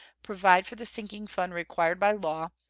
provide for the sinking fund required by law,